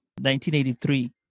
1983